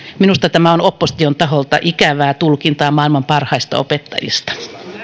minusta tämä on opposition taholta ikävää tulkintaa maailman parhaista opettajista